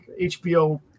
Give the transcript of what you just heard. HBO